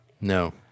No